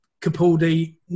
Capaldi